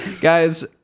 guys